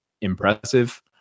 impressive